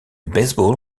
baseball